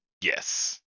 Yes